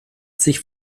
sich